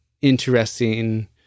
interesting